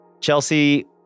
Chelsea